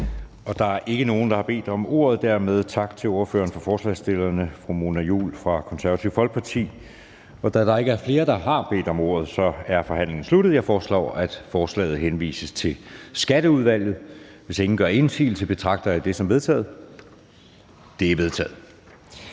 Der er ikke nogen korte bemærkninger, så dermed tak til ordføreren for forslagsstillerne, fru Mona Juul fra Det Konservative Folkeparti. Da der ikke er flere, der har bedt om ordet, er forhandlingen sluttet. Jeg foreslår, at forslaget til folketingsbeslutning henvises til Skatteudvalget. Hvis ingen gør indsigelse, betragter jeg det som vedtaget. Det er vedtaget.